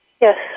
Yes